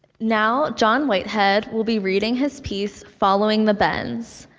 now, john whitehead will be reading his piece, following the bends.